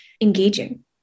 engaging